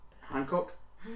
Hancock